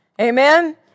Amen